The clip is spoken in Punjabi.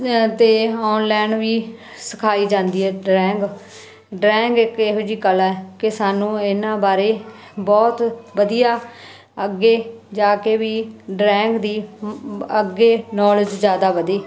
ਅਤੇ ਆਨਲਾਈਨ ਵੀ ਸਿਖਾਈ ਜਾਂਦੀ ਹੈ ਡਰੈਂਗ ਡਰਾਇੰਗ ਇੱਕ ਇਹੋ ਜਿਹੀ ਕਲਾ ਕਿ ਸਾਨੂੰ ਇਹਨਾਂ ਬਾਰੇ ਬਹੁਤ ਵਧੀਆ ਅੱਗੇ ਜਾ ਕੇ ਵੀ ਡਰਾਇੰਗ ਦੀ ਅੱਗੇ ਨਾਲੇਜ ਜ਼ਿਆਦਾ ਵਧੀ